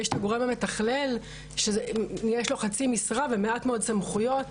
יש את הגורם המתכלל שיש לו חצי משרה ומעט מאוד סמכויות.